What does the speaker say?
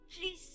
please